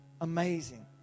Amazing